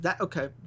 Okay